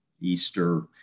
Easter